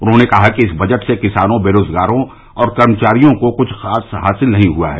उन्होंने कहा कि इस बजट से किसानों बेरोजगारों और कर्मचारियों को कुछ ख़ास हासिल नहीं हुआ है